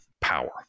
power